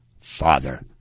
father